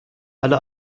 alle